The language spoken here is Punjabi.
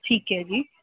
ਠੀਕ ਹੈ ਜੀ